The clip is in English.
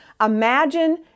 Imagine